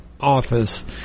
office